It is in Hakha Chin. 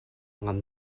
ngam